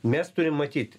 mes turim matyt